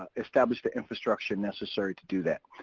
establish the infrastructure necessary to do that.